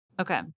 Okay